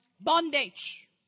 bondage